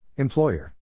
Employer